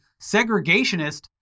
segregationist